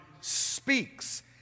speaks